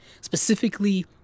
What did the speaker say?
Specifically